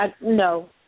No